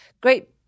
great